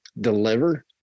deliver